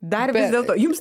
dar vis dėlto jums